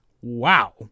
Wow